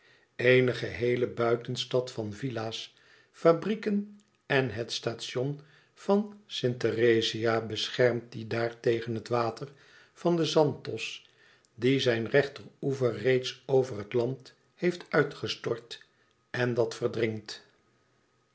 eene geheele buitenstad van villa's fabrieken en het station van st therezia beschermt die daar tegen het water van den zanthos die zijn rechteroever reeds over het land heeft uitgestort en dat verdrinkt